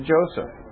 Joseph